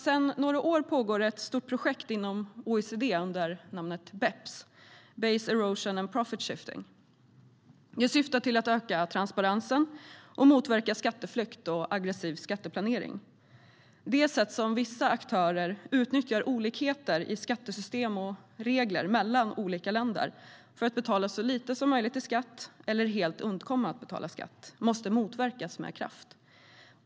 Sedan några år pågår ett stort projekt inom OECD under namnet Beps, Base Erosion and Profit Shifting. Det syftar till att öka transparensen och motverka skatteflykt och aggressiv skatteplanering. Det sätt som vissa aktörer utnyttjar olikheter i skattesystem och regler mellan olika länder för att betala så lite som möjligt i skatt eller helt undkomma att betala skatt måste motverkas med kraft.